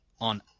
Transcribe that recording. on